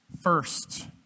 first